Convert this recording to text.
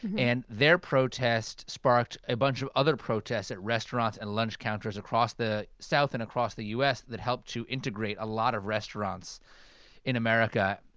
and their protest sparked a bunch of other protests at restaurants and lunch counters across the south and across the u s. that helped integrate a lot of restaurants in america.